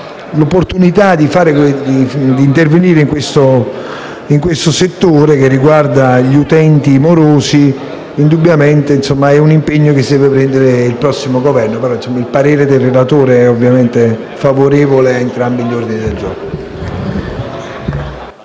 l'opportunità di intervenire in questo settore, che riguarda gli utenti morosi, è un impegno che deve assumere il prossimo Governo. Il parere del relatore è ovviamente favorevole su entrambi gli ordini del giorno.